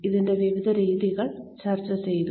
ഇതിന്റെ വിവിധ രീതികൾ ചർച്ച ചെയ്തു